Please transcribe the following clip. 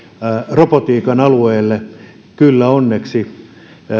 robotiikan alueelle kyllä onneksi